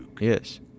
Yes